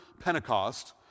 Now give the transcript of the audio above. Pentecost